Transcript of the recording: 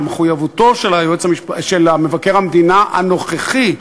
ומחויבותו של מבקר המדינה הנוכחי,